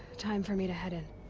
time for me to head in.